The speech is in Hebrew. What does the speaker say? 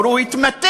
אמרו: הוא התמתן,